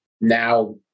Now